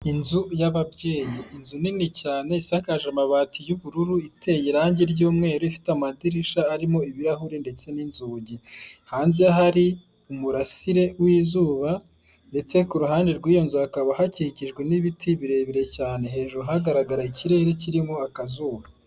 Inzu yab'ababyeyi, inzu nini cyane isakaje amabati y'ubururu iteye irangi ryumweru ifite amadirishya arimo ibirahuri ndetse n'inzugi, hanze y' hari umurasire w'izuba ndetse ku ruhande rw'iyozu hakaba hakikijwe n'ibiti birebire cyane hejuru hagaragara ikirere kirimo akazuba.